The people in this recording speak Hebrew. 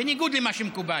בניגוד למה שמקובל,